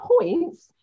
points